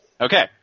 Okay